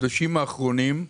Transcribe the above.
בחודשים האחרונים,